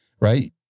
right